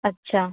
अच्छा